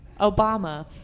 Obama